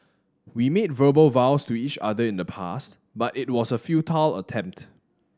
we made verbal vows to each other in the past but it was a futile attempt